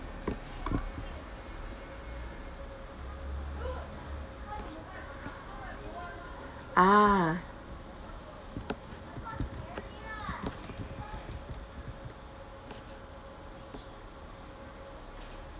ah